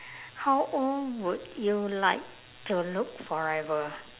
how old would you like to look forever